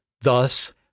Thus